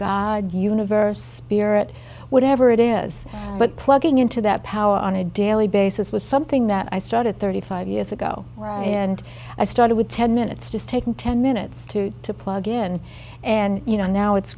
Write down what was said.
god universe spirit whatever it is but plugging into that power on a daily basis was something that i started thirty five years ago and i started with ten minutes just taking ten minutes to plug in and you know now it's